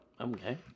okay